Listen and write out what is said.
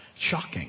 Shocking